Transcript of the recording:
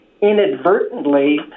inadvertently